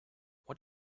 what